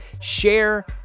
share